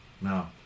No